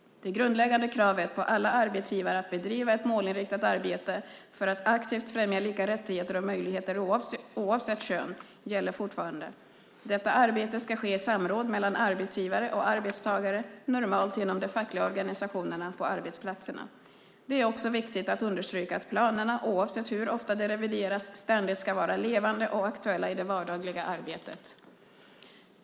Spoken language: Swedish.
Det grundläggande kravet på alla arbetsgivare att bedriva ett målinriktat arbete för att aktivt främja lika rättigheter och möjligheter oavsett kön gäller fortfarande. Detta arbete ska ske i samråd mellan arbetsgivare och arbetstagare, normalt genom de fackliga organisationerna på arbetsplatserna. Det är också viktigt att understryka att planerna, oavsett hur ofta de revideras, ständigt ska vara "levande" och aktuella i det vardagliga arbetet.